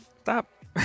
Stop